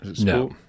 No